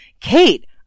Kate